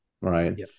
right